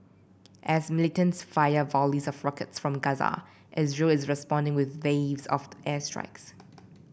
as militants fire volleys of rockets from Gaza Israel is responding with waves of the airstrikes